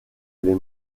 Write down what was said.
les